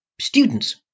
students